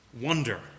Wonder